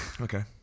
okay